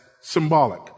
symbolic